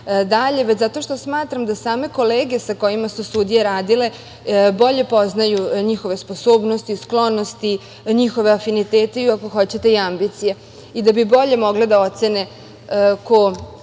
dalje. Smatram da same kolege sa kojima su sudije radile bolje poznaju njihove sposobnosti, sklonosti, njihove afinitete i, ako hoćete, ambicije i da bi bolje mogli da ocene ko